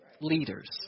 leaders